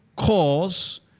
Cause